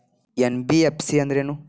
NBFC ಅಂದ್ರೇನು?